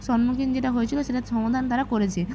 সম্মুখীন যেটা হয়েছিল সেটার সমাধান তারা করেছে